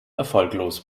erfolglos